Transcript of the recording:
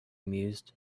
mused